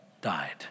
died